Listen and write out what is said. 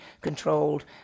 controlled